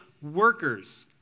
workers